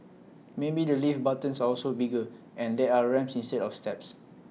maybe the lift buttons are also bigger and there are ramps instead of steps